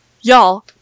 y'all